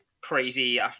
crazy